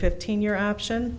fifteen year option